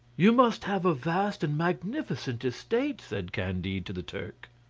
you must have a vast and magnificent estate, said candide to the turk.